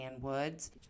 Woods